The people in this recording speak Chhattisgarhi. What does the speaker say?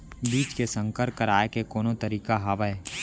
बीज के संकर कराय के कोनो तरीका हावय?